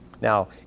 Now